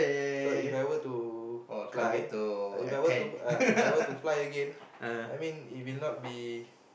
so If I were to fly If I were to uh If I were to fly Again I mean it will not be